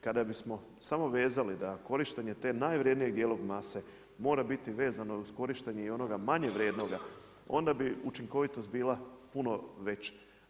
Kada bismo samo vezali, da korištenje te najvrijednije dijela mase, mora biti vezano i uz korištenje i onoga manje vrijednoga, onda bi učinkovitost bila puno veća.